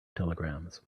telegrams